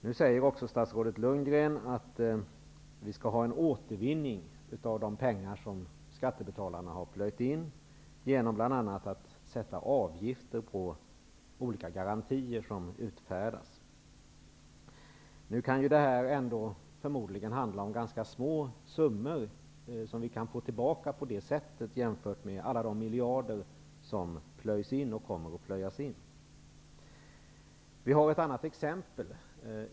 Nu säger statsrådet Lundgren att vi också skall ha en återvinning av de pengar som skattebetalarna har plöjt in, bl.a. genom att avgifter sätts på olika garantier. Det kan förmodligen handla om ganska små summor som vi kan få tillbaka på det sättet, jämfört med alla de miljarder som kommer att plöjas in. Vi har ett annat exempel.